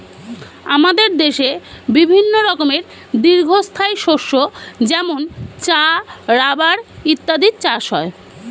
আমাদের দেশে বিভিন্ন রকমের দীর্ঘস্থায়ী শস্য যেমন চা, রাবার ইত্যাদির চাষ হয়